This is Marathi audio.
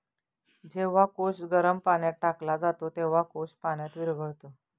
जेव्हा कोश गरम पाण्यात टाकला जातो, तेव्हा कोश पाण्यात विरघळतो